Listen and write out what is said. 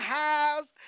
house